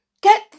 Get